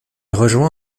rejoint